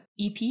EP